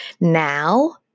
now